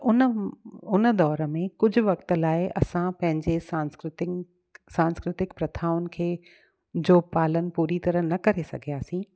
त उन उन दौर में कुझु वक़्त लाइ असां पंहिंजे सांस्कृतिक सांस्कृतिक प्रथाउनि खे जो पालन पूरी तरह न करे सघियासीं